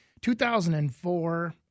2004